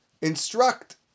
instruct